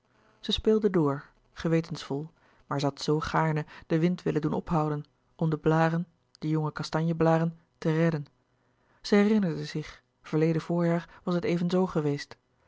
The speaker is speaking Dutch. zij speelde door gewetensvol maar zij had zoo gaarne den wind willen doen ophouden om de blâren de jonge kastanje blâren te redden zij herinnerde zich verleden voorjaar was het evenzoo geweest